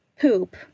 poop